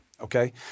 Okay